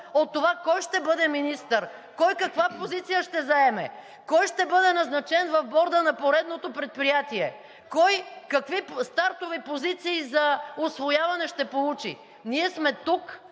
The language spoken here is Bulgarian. от това кой ще бъде министър, кой каква позиция ще заеме, кой ще бъде назначен в борда на поредното предприятие, кой какви стартови позиции за усвояване ще получи. Ние сме тук,